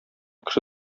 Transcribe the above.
кеше